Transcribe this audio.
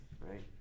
Right